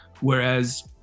Whereas